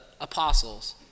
apostles